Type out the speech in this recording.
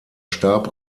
starb